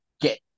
get